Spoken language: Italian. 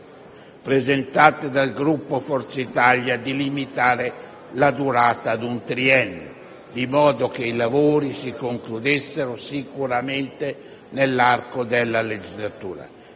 presentate dal Gruppo Forza Italia di limitare la durata ad un triennio, di modo che i lavori si concludessero sicuramente nell'arco della legislatura.